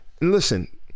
listen